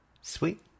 Sweet